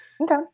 Okay